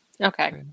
Okay